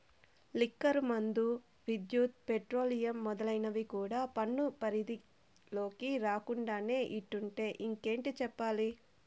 liquor మందు, విద్యుత్, పెట్రోలియం మొదలైనవి కూడా పన్ను పరిధిలోకి రాకుండానే ఇట్టుంటే ఇంకేటి చెప్పాలి